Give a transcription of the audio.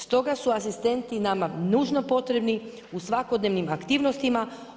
Stoga su asistenti nama nužno potrebni u svakodnevnim aktivnostima.